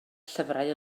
llyfrau